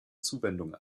zuwendung